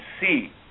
see